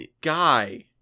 guy